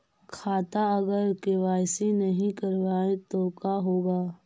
खाता अगर के.वाई.सी नही करबाए तो का होगा?